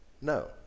no